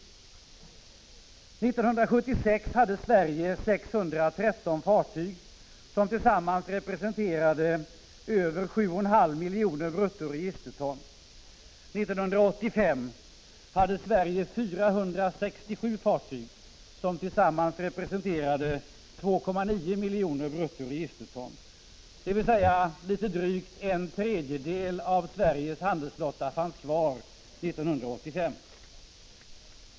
År 1976 hade Sverige 613 fartyg som representerade 7,5 miljoner bruttoregisterton. År 1985 hade Sverige 467 fartyg som tillsammans representerade 2,9 miljoner bruttoregisterton, dvs. litet drygt en tredjedel av Sveriges handelsflotta fanns kvar.